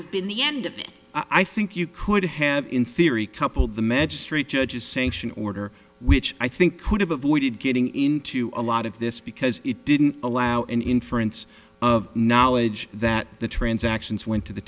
have been the end of it i think you could have in theory coupled the magistrate judges sanction order which i think could have avoided getting into a lot of this because it didn't allow an inference of knowledge that the transactions went to the